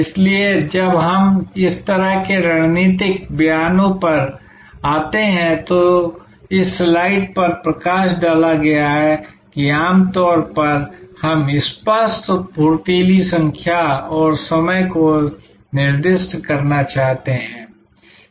इसलिए जब हम इस तरह के रणनीतिक बयानों पर आते हैं तो इस स्लाइड पर प्रकाश डाला गया है कि आमतौर पर हम स्पष्ट फुर्तीली संख्या और समय को निर्दिष्ट करना चाहते हैं